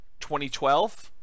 2012